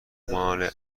ماله